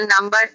number